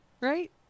Right